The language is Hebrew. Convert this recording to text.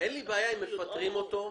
אין לי בעיה אם מפטרים אותו,